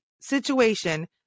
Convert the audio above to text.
situation